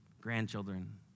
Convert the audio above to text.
grandchildren